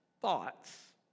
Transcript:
thoughts